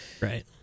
right